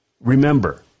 remember